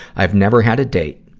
i've never had a date,